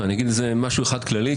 אני אגיד משהו אחד כללי.